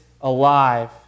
alive